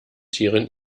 tieren